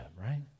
right